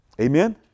Amen